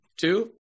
two